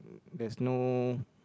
there's no